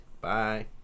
Bye